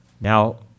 now